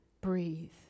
breathe